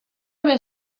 haver